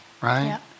right